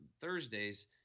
Thursdays